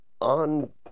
On